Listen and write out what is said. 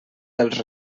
dels